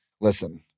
listen